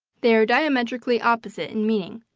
they are diametrically opposite in meaning.